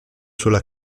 sulla